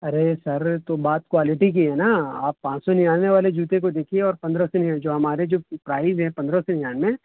ارے sir تو بات quality کی ہے نا آپ پانچ سو ننانوے والے جوتے کو دیکھیے اور پندرہ جو ہمارے جو پرائز ہیں پندرہ سو ننانوے